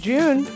June